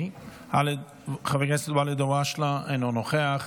חבר הכנסת ואליד אלהואשלה, אינו נוכח.